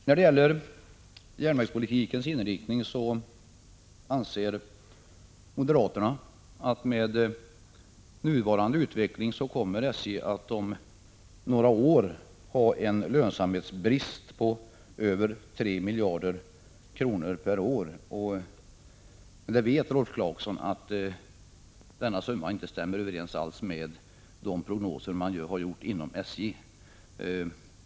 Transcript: När det gäller den järnvägspolitiska inriktningen anser moderaterna att SJ med nuvarande utveckling om några år kommer att vara olönsamt med underskott på över 3 miljarder kronor per år. Rolf Clarkson vet att denna summa inte stämmer överens med de prognoser man har gjort inom SJ.